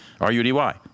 R-U-D-Y